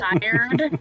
tired